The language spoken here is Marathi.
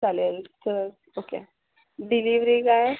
चालेल सर ओके डिलिवरी काय